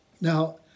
Now